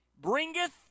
bringeth